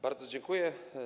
Bardzo dziękuję.